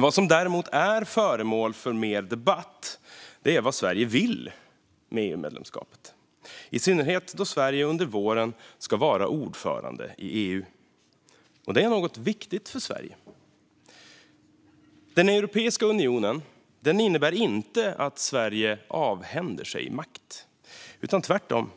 Vad som däremot är föremål för mer debatt är vad Sverige vill med EU-medlemskapet, i synnerhet då Sverige under våren ska vara ordförande i EU. Det är viktigt för Sverige. Europeiska unionen innebär inte att Sverige avhänder sig makt utan tvärtom